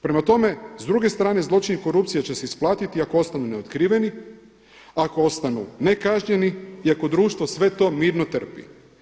Prema tome, s druge strane zločin i korupcija će se isplatiti ako ostanu neotkriveni, ako ostanu nekažnjeni i ako društvo sve to mirno trpi.